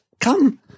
Come